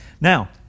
Now